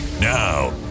Now